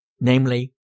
namely